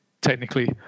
technically